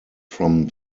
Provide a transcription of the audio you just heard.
from